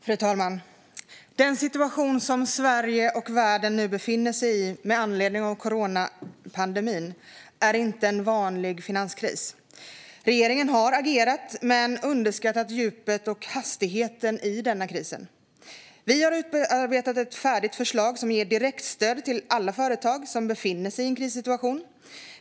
Fru talman! Den situation som Sverige och världen nu befinner sig i med anledning av coronapandemin är inte en vanlig finanskris. Regeringen har agerat men underskattat djupet och hastigheten i denna kris. Vi har utarbetat ett färdigt förslag som ger direktstöd till alla företag som befinner sig i en krissituation.